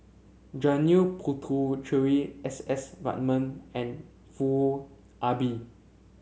Janil Puthucheary S S Ratnam and Foo Ah Bee